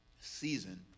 season